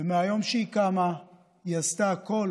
ומהיום שהיא קמה היא עשתה הכול